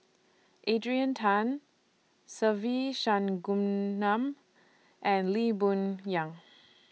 Adrian Tan Se Ve and Lee Boon Yang